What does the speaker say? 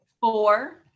four